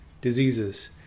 diseases